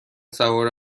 سوار